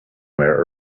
somewhere